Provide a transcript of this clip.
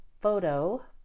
photo